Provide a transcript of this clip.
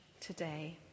today